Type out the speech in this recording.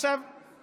בעזרת השם.